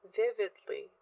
vividly